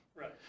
Right